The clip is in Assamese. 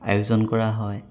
আয়োজন কৰা হয়